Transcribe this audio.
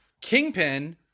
Kingpin